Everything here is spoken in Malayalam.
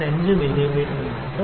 5 മില്ലീമീറ്റർ മാത്രം